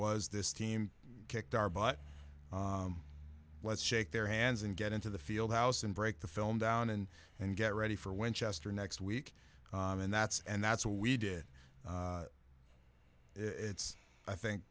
was this team kicked our but let's shake their hands and get into the field house and break the film down and and get ready for winchester next week and that's and that's what we did it's i think